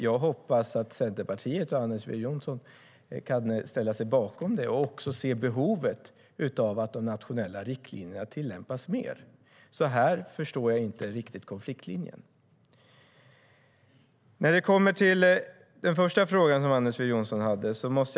Jag hoppas att Centerpartiet och Anders W Jonsson kan ställa sig bakom detta och även se behovet av att de nationella riktlinjerna tillämpas mer. Här förstår jag inte riktigt konflikten. Sedan var det Anders W Jonssons första fråga.